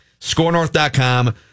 scorenorth.com